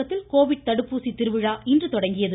தமிழகத்தில் கோவிட் தடுப்பூசி திருவிழா இன்று தொடங்கியது